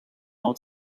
old